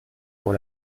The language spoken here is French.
pour